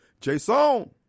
Jason